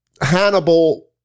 Hannibal